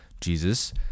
Jesus